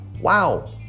wow